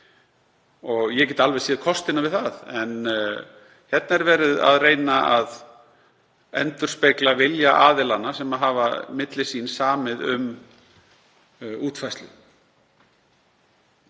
og ég get alveg séð kostina við það. En hér er verið að reyna að endurspegla vilja aðila sem hafa samið um útfærslu